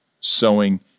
sowing